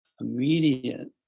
immediate